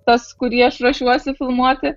tas kurį aš ruošiuosi filmuoti